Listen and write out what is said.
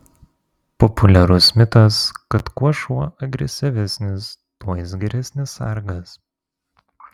populiarus mitas kad kuo šuo agresyvesnis tuo jis geresnis sargas